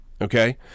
okay